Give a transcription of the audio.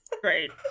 Great